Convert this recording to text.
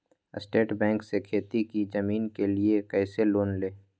State Bank से खेती की जमीन के लिए कैसे लोन ले?